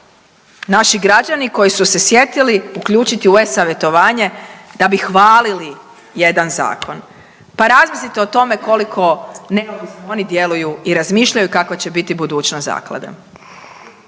naši građani koji su se sjetili uključiti u e-savjetovanje da bi hvalili jedan zakon. Pa razmislite o tome koliko neovisno oni djeluju i razmišljaju kakva će biti budućnost zaklade.